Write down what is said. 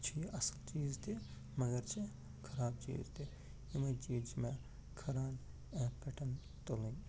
چھِ یہِ اَصٕل چیٖز تہِ مگر چھِ خراب چیٖز تہِ یِمٕے چیٖز چھِ مےٚ کھران اَتھ پٮ۪ٹھ تُلٕنۍ